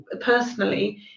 personally